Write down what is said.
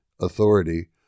authority